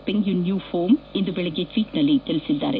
ಪೆಂಗ್ಲುನ್ನು ಘೋಮ್ ಇಂದು ಬೆಳಗ್ಗೆ ಟ್ವೀಟ್ನಲ್ಲಿ ತಿಳಿಸಿದ್ದಾರೆ